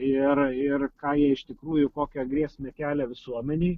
ir ir ką jie iš tikrųjų kokią grėsmę kelia visuomenei